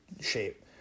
shape